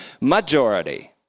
majority